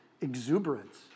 exuberance